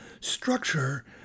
structure